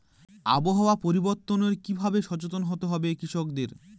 আবহাওয়া পরিবর্তনের কি ভাবে সচেতন হতে হবে কৃষকদের?